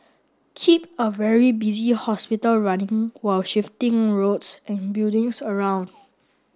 keep a very busy hospital running while shifting roads and buildings around